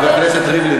חבר הכנסת ריבלין,